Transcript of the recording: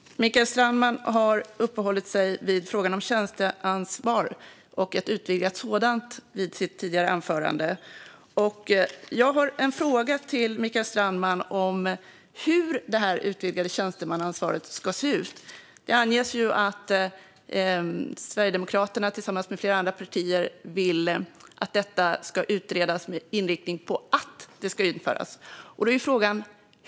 Herr talman! Mikael Strandman uppehöll sig i sitt tidigare anförande vid frågan om ett utvidgat tjänsteansvar. Jag har en fråga till Mikael Strandman om hur det utvidgade tjänstemannaansvaret ska se ut. Det anges att Sverigedemokraterna tillsammans med flera andra partier vill att detta ska utredas med inriktning mot att det ska införas.